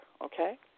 okay